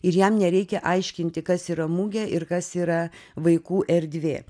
ir jam nereikia aiškinti kas yra mugė ir kas yra vaikų erdvė